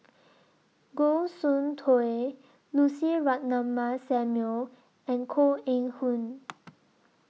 Goh Soon Tioe Lucy Ratnammah Samuel and Koh Eng Hoon